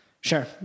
Sure